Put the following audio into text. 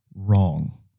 wrong